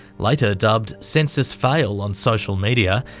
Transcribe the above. later dubbed censusfail on social media,